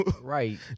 Right